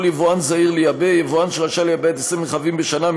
יבואן זעיר לייבא (יבואן שרשאי לייבא עד 20 רכבים בשנה),